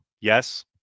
Yes